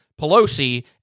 Pelosi